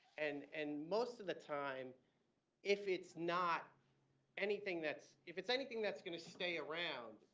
and and most of the time if it's not anything that's if it's anything that's going to stay around,